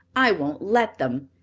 i won't let them.